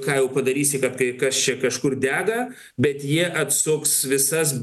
ką jau padarysi kad kai kas čia kažkur dega bet jie atsuks visas